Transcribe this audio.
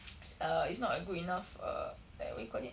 it's err it's not a good enough err like what you call it